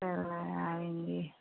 चलो आएँगे